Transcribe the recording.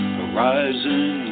horizon